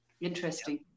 Interesting